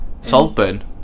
Saltburn